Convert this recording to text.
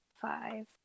five